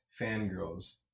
fangirls